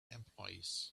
employees